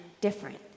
different